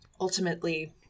Ultimately